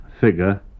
figure